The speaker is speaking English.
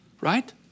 Right